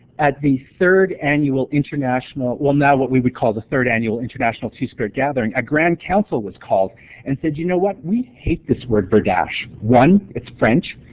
at the third annual international well, now what we would call the third annual international two-spirit gathering, a grand council was called and said, well, you know what? we hate this word berdache. one, it's french.